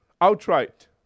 Outright